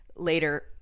Later